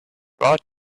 brought